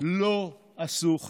לא עשו כן.